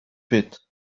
pit